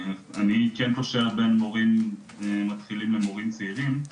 אני כן קושר בין מורים מתחילים למורים צעירים,